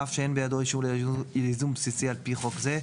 אף שאין בידו אישור לייזום בסיסי על פי חוק זה,